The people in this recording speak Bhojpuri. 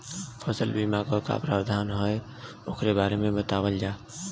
फसल बीमा क का प्रावधान हैं वोकरे बारे में बतावल जा?